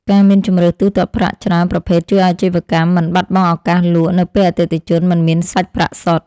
ការមានជម្រើសទូទាត់ប្រាក់ច្រើនប្រភេទជួយឱ្យអាជីវកម្មមិនបាត់បង់ឱកាសលក់នៅពេលអតិថិជនមិនមានសាច់ប្រាក់សុទ្ធ។